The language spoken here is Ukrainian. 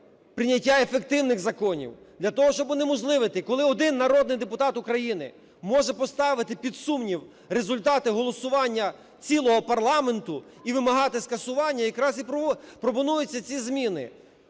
прийняття ефективних законів. Для того, щоб унеможливити, коли один народний депутат України може поставити під сумнів результати голосування цілого парламенту і вимагати скасування, якраз і пропонуються ці зміни.